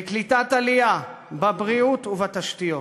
בקליטת עלייה, בבריאות ובתשתיות.